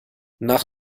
nach